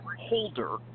Holder